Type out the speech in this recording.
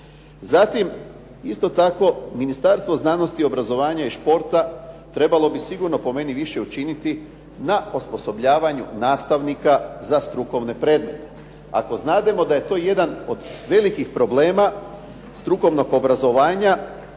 Zatim, isto tako Ministarstvo znanosti, obrazovanja i športa trebalo bi sigurno po meni više učiniti na osposobljavanju nastavnika za strukovne predmete. Ako znademo da je to jedan od velikih problema strukovnog obrazovanja